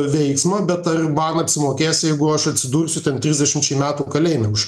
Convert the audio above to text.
veiksmą bet ar man apsimokės jeigu aš atsidursiu ten trisdešimčiai metų kalėjime už